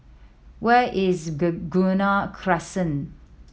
where is Begonia Crescent